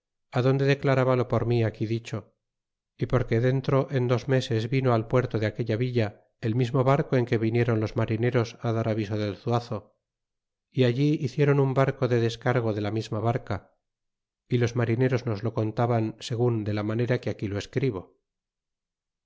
adonde declaraba lo por mí aquí dicho e porque dentro en dos meses vino al puerto de aquella villa el mismo barco en que vinieron los marineros a dar aviso del zuazo é allí hicieron un barco del descargo de la misma barca y los marineros nos lo contaban segun de la manera que aquí lo escribo